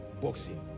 boxing